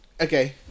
Okay